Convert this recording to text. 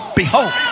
behold